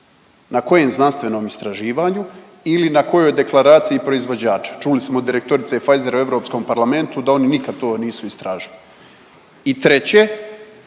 na kojem znanstvenom istraživanju ili na kojoj deklaraciji proizvođača? Čuli smo od direktorice Pfizera u EP-u da oni nikad to nisu istražili i treće,